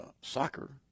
soccer